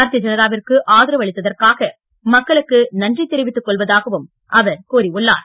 பாரதீய ஜனதாவிற்கு ஆதரவு அளித்ததற்காக மக்களுக்கு நன்றி தெரிவித்துக் கொள்வதாகவும் அவர் கூறியுள்ளார்